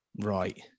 Right